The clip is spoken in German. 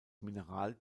mineral